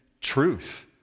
truth